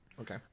Okay